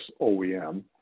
OEM